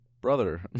brother